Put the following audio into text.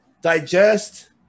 digest